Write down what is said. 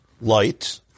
Light